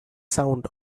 sound